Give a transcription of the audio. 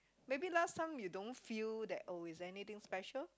maybe last time you don't feel that oh it's anything special